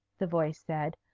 the voice said.